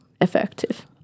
effective